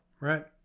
Right